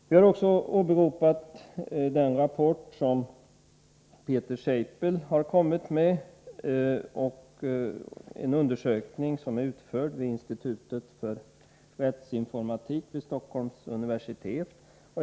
Vi har åberopat den rapport som professor Peter Seipel, vid institutet för rättsinformatik vid Stockholms universitet, har kommit med.